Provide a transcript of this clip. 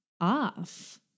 off